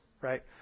Right